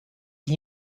gli